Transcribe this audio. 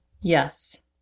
Yes